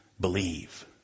Believe